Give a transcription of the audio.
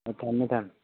ꯑꯣ ꯊꯝꯃꯦ ꯊꯝꯃꯦ